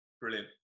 Brilliant